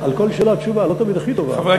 שלחתי לך אותו, קיבלתי, אני מאוד מודה לך.